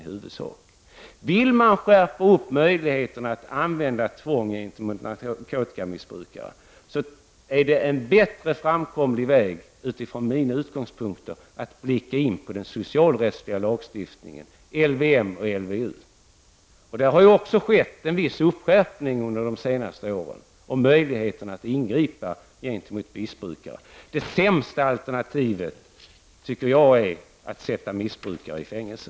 Vill man åstadkomma en skärpning när det gäller möjligheterna att använda tvång gentemot narkotikamissbrukare, är det en mera framkomlig väg — åtminstone som jag ser det — att blicka in på den socialrättsliga lagstiftningen. Jag tänker då på LVM och LVU. Det har ju skett en viss skärpning under de senaste åren när det gäller möjligheterna att ingripa mot missbrukare. Det sämsta alternativet tycker jag är att sätta missbrukare i fängelse.